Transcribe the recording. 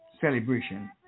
celebration